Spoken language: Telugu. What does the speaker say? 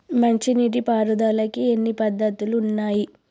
మంచి నీటి పారుదలకి ఎన్ని పద్దతులు ఉన్నాయి?